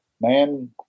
man